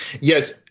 yes